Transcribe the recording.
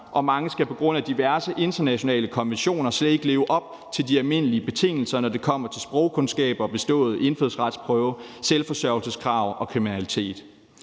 og mange skal på grund af diverse internationale konventioner slet ikke leve op til de almindelige betingelser, når det kommer til sprogkundskaber og bestået indfødsretsprøve, selvforsørgelseskrav og kriminalitet.